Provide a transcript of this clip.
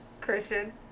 Christian